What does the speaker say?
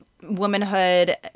womanhood